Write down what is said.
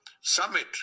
summit